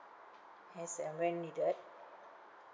as and when needed